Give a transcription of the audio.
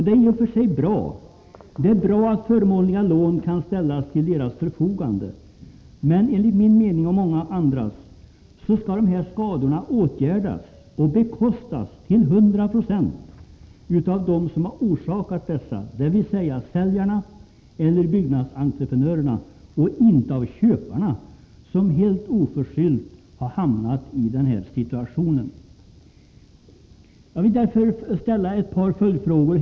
Det är i och för sig bra att förmånliga lån kan ställas till deras förfogande, men enligt min och många andras mening skall dessa skador åtgärdas, och detta skall till 100 96 bekostas av dem som är ansvariga, dvs. säljarna eller byggnadsentreprenörerna, och inte av köparna, som helt oförskyllt har hamnat i denna situation. Jag vill med anledning av svaret ställa ett par följdfrågor.